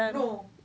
no